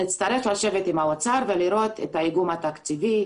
נצטרך לשבת עם האוצר ולראות את האיגום התקציבי,